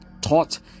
taught